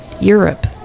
Europe